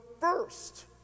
first